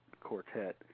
quartet